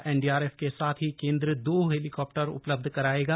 NDRF के साथ ही केंद्र दो हेलीकॉप्टर उपलब्ध कराएगा